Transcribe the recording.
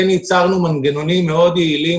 כן ייצרנו מנגנונים יעילים מאוד,